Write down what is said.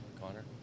Connor